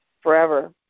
forever